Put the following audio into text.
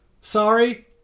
Sorry